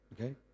Okay